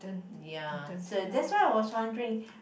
ya so that's why I was wondering